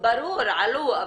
עלו --- ברור, עלו.